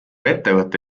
ettevõte